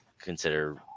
consider